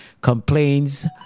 complains